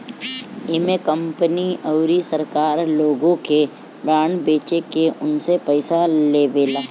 इमे कंपनी अउरी सरकार लोग के बांड बेच के उनसे पईसा लेवेला